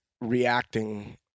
reacting